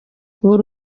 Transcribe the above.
buri